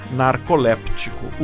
narcoléptico